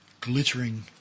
Glittering